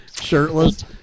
shirtless